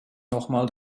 nochmal